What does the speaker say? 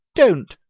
don't,